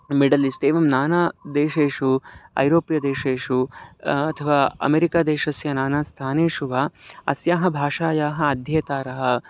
middle east एवं नाना देशेषु ऐरोप्यदेशेषु अथवा अमेरिकादेशस्य नाना स्थानेषु वा अस्याः भाषायाः अध्येतारः